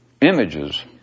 images